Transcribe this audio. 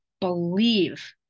believe